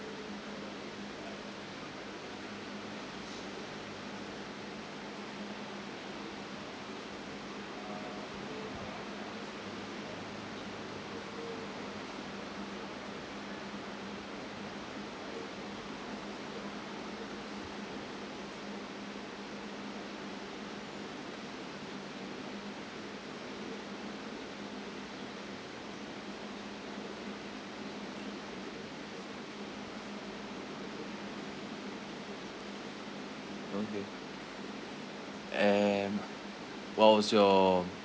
okay um what was your